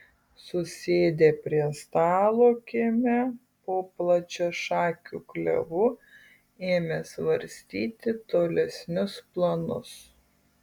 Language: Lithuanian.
susėdę prie stalo kieme po plačiašakiu klevu ėmė svarstyti tolesnius planus